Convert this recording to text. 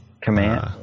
command